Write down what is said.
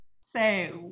say